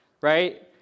right